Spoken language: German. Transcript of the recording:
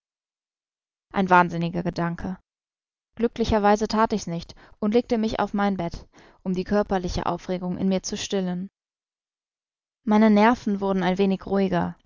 ein wahnsinniger gedanke glücklicherweise that ich's nicht und legte mich auf mein bett um die körperliche aufregung in mir zu stillen meine nerven wurden ein wenig ruhiger